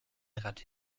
ratte